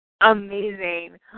amazing